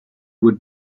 would